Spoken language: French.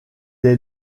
est